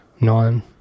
Nine